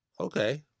okay